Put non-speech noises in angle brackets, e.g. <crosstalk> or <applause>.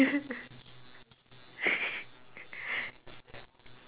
<laughs>